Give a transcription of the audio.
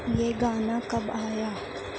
یہ گانا کب آیا